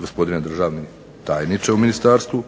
gospodine državni tajniče u ministarstvu.